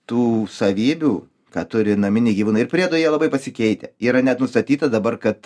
tų savybių kad turi naminį gyvūną ir priedo jie labai pasikeitę yra net nustatyta dabar kad